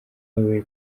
ababaye